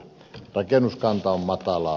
rakennuskanta on matalaa